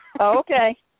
Okay